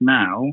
now